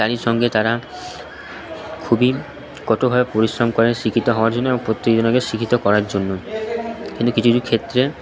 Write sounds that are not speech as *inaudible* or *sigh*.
তারই সঙ্গে তারা খুবই কঠোরভাবে পরিশ্রম করেন শিক্ষিত হওয়ার জন্য এবং প্রত্যেক জনকে শিক্ষিত করার জন্য *unintelligible* কিছু কিছু ক্ষেত্রে